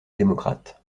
démocrate